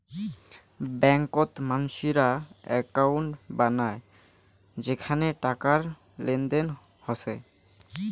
ব্যাংকত মানসিরা একউন্ট বানায় যেখানে টাকার লেনদেন হসে